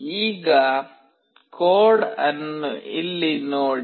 ಈಗ ಕೋಡ್ ಅನ್ನು ಇಲ್ಲಿ ನೋಡಿ